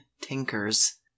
tinker's